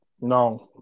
No